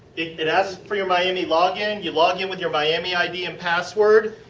it it asks for your miami login. you log in with your miami id and password.